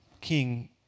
king